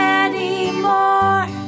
anymore